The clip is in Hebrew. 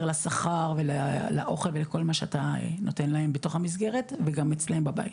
לשכר ולאוכל ולכל מה שאתה נותן להם בתוך המסגרת וגם אצלם בבית.